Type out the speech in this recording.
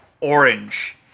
orange